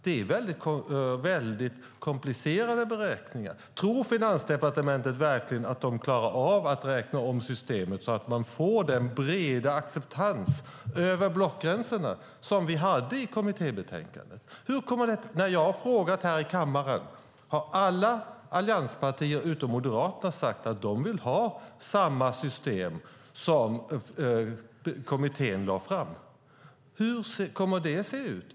Det är väldigt komplicerade beräkningar. Tror Finansdepartementet verkligen att de klarar av att räkna om systemet så att man får den breda acceptans över blockgränserna som vi hade i kommittébetänkandet? När jag har frågat här i kammaren har alla allianspartier utom Moderaterna sagt att de vill ha samma system som kommittén föreslog. Hur kommer det att se ut?